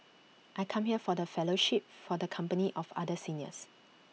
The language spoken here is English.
I come here for the fellowship for the company of other seniors